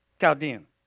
Chaldean